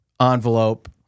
envelope